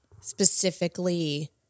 specifically